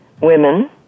women